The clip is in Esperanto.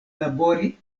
labori